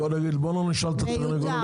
בוא לא נשאל את התרנגולות.